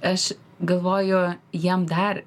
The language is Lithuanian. aš galvoju jiem dar